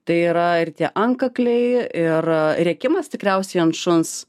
tai yra ir tie antkakliai ir rėkimas tikriausiai ant šuns